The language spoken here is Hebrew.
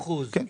כמעט 50%. כן,